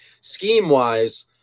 scheme-wise